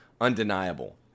undeniable